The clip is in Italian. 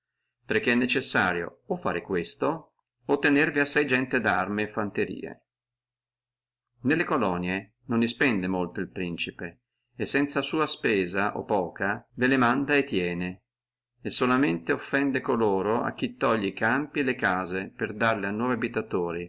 perché è necessario o fare questo o tenervi assai gente darme e fanti nelle colonie non si spende molto e sanza sua spesa o poca ve le manda e tiene e solamente offende coloro a chi toglie e campi e le case per darle a nuovi abitatori